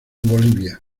bolivia